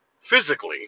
physically